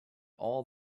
all